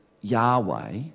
Yahweh